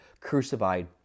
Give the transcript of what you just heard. crucified